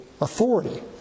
authority